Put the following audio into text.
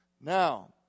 Now